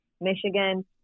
Michigan